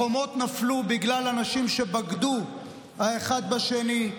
החומות נפלו בגלל אנשים שבגדו אחד בשני,